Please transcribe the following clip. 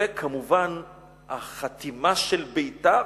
וכמובן החתימה, יש ביתר.